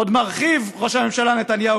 עוד מרחיב ראש הממשלה נתניהו,